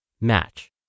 match